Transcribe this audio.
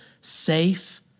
safe